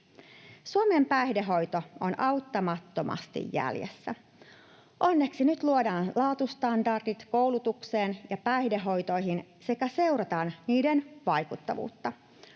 Suomen päihdehoito on auttamattomasti jäljessä. Onneksi nyt luodaan laatustandardit koulutukseen ja päihdehoitoihin sekä seurataan niiden vaikuttavuutta.